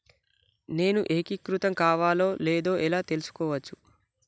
నేను ఏకీకృతం కావాలో లేదో ఎలా తెలుసుకోవచ్చు?